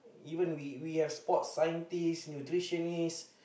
even we we have sports scientists nutritionists